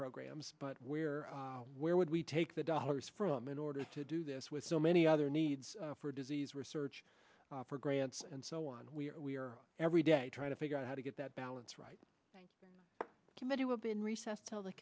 programs but where where would we take the dollars from in order to do this with so many other needs for disease research for grants and so on we are every day trying to figure out how to get that balance right committee will be in recess tell the